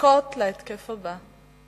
לחכות להתקף הבא,